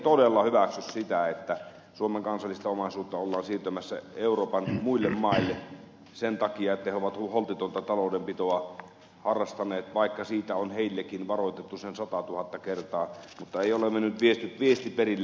en todella hyväksy sitä että suomen kansallista omaisuutta ollaan siirtämässä euroopan muille maille sen takia että ne ovat holtitonta taloudenpitoa harrastaneet vaikka siitä on niitäkin varoitettu sen satatuhatta kertaa mutta ei ole mennyt viesti perille